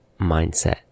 mindset